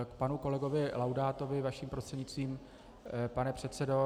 Panu kolegovi Laudátovi vaším prostřednictvím, pane předsedo.